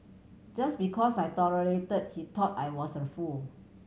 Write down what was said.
just because I tolerated he thought I was a fool